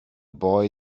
boy